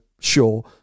sure